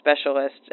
specialist